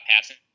passing